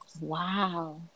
wow